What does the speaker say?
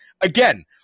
Again